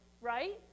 Right